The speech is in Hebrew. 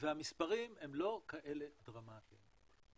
והמספרים הם לא כאלה דרמטיים.